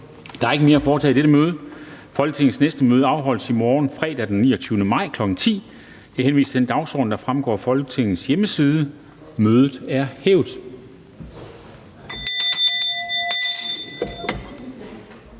Der er ikke mere at foretage i dette møde. Folketingets næste møde afholdes i morgen, fredag den 29. maj, kl. 10.00. Jeg henviser til den dagsorden, der fremgår af Folketingets hjemmeside. Mødet er hævet.